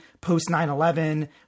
post-9-11